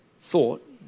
thought